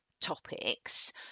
topics